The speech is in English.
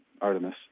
Artemis